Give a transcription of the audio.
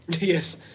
Yes